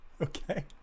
Okay